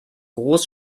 groß